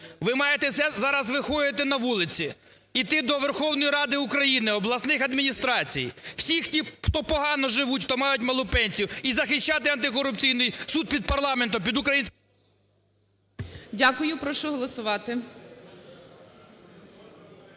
Ви маєте зараз виходити на вулиці, йти до Верховної Ради України, обласних адміністрацій, всіх, хто погано живуть, хто мають малу пенсію, і захищати антикорупційний суд під парламентом, під… ГОЛОВУЮЧИЙ. Дякую. Прошу голосувати.